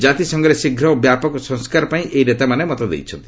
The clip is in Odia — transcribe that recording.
ଜାତିସଂଘରେ ଶୀଘ୍ର ଓ ବ୍ୟାପକ ସଂସ୍କାର ପାଇଁ ଏହି ନେତାମାନେ ମତ ଦେଇଛନ୍ତି